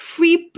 Free